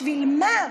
בשביל מה?